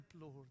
Lord